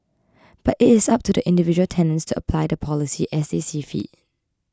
but it is up to individual tenants to apply the policy as they see fit